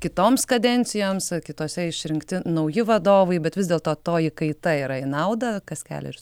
kitoms kadencijoms kitose išrinkti nauji vadovai bet vis dėlto toji kaita yra į naudą kas kelerius